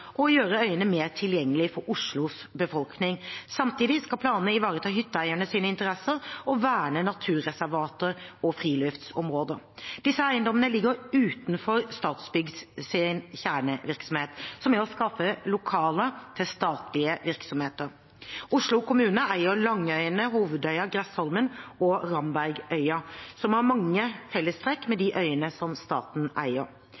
å gjøre øyene mer tilgjengelige for Oslos befolkning. Samtidig skal planen ivareta hytteeiernes interesser og verne naturreservater og friluftsområder. Disse eiendommene ligger utenfor Statsbyggs kjernevirksomhet, som er å skaffe lokaler til statlige virksomheter. Oslo kommune eier Langøyene, Hovedøya, Gressholmen og Rambergøya, som har mange fellestrekk med de øyene staten eier.